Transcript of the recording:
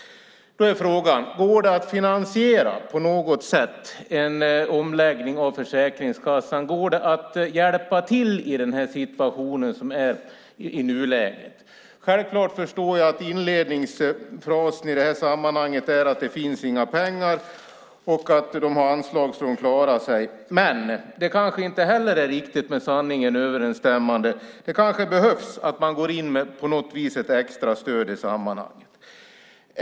Då är frågan: Går det att på något sätt finansiera en omläggning av Försäkringskassan? Går det att hjälpa till i den situation som råder i nuläget? Självklart förstår jag att inledningsfrasen i det här sammanhanget är att det inte finns några pengar och att de har anslag så att de klarar sig. Men det kanske inte heller är riktigt med sanningen överensstämmande. Det kanske behövs att man på något vis går in med ett extra stöd i sammanhanget.